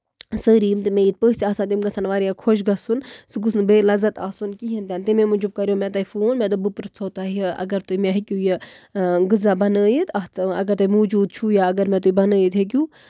سٲری یِم تہِ مےٚ ییٚتہِ پٔژھۍ آسان تِم گژھن واریاہ خۄش گژھُن سُہ گوٚژھ نہٕ بے لَزت آسُن کِہینۍ تہِ نہٕ تَمی موٗجوٗب کَریاو مےٚ تۄہہِ فون مےٚ دوٚپ بہٕ پرژھو تۄہہِ اَگر تُہۍ مےٚ ہیٚکِو یہِ غزاہ بَنٲوِتھ اَتھ اَگر تۄہہِ موٗجوٗد چھُو یا اَگر نہٕ تُہۍ بَنٲوِتھ ہیٚکِو